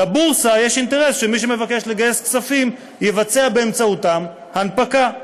לבורסה יש אינטרס שמי שמבקש לגייס כספים יבצע באמצעותה הנפקה.